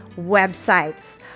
websites